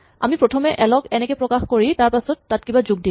আমি প্ৰথমে এল ক এনেকে প্ৰকাশ কৰি তাৰপাছত তাত কিবা যোগ দিম